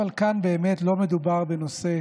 אבל כאן באמת לא מדובר בנושא